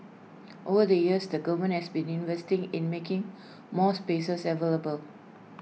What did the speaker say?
over the years the government has been investing in making more spaces available